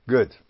Good